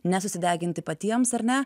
nesusideginti patiems ar ne